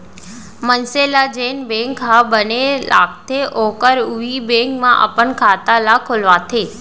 मनसे ल जेन बेंक ह बने लागथे ओहर उहीं बेंक म अपन खाता ल खोलवाथे